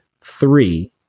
Three